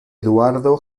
eduardo